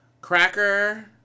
Cracker